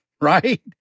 right